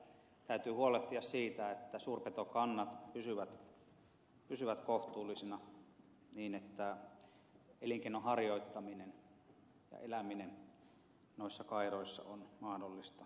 täytyy huolehtia siitä että suurpetokannat pysyvät kohtuullisina niin että elinkeinon harjoittaminen ja eläminen noissa kairoissa on mahdollista